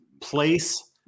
place